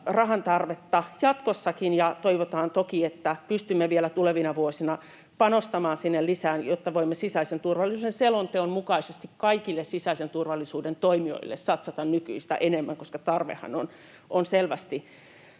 rahan tarvetta jatkossakin, ja toivotaan toki, että pystymme vielä tulevina vuosina panostamaan sinne lisää, jotta voimme sisäisen turvallisuuden selonteon mukaisesti kaikkiin sisäisen turvallisuuden toimijoihin satsata nykyistä enemmän, koska tarvehan on selvästi